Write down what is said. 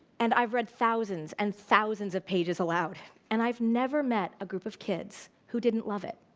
and i've read thousands and thousands of pages aloud. and i've never met a group of kids who didn't love it,